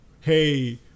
hey